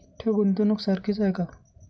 ठेव, गुंतवणूक सारखीच आहे का?